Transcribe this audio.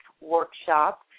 workshop